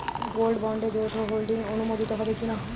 Gold বন্ডে যৌথ holding অনুমোদিত হবে কিনা?